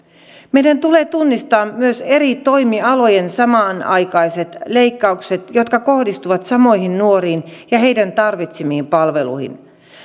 meidän tulee tunnistaa myös eri toimialojen samanaikaiset leikkaukset jotka kohdistuvat samoihin nuoriin ja heidän tarvitsemiinsa palveluihin